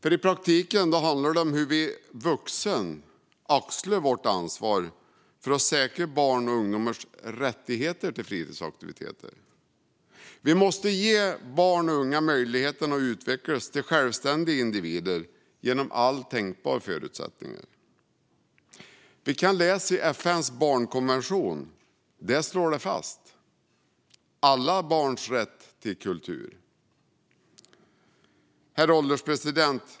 I praktiken handlar det om hur vi vuxna axlar vårt ansvar för att säkra barns och ungdomars rätt till fritidsaktiviteter. Vi måste ge barn och unga möjligheten att utvecklas till självständiga individer och få alla tänkbara förutsättningar. Alla barns rätt till kultur slås fast i FN:s barnkonvention. Herr ålderspresident!